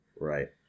Right